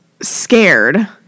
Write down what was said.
scared